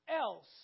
else